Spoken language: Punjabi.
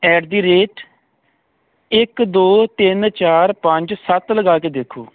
ਐਟ ਦੀ ਰੇਟ ਇਕ ਦੋ ਤਿੰਨ ਚਾਰ ਪੰਜ ਸੱਤ ਲਗਾ ਕੇ ਦੇਖੋ